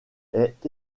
est